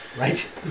right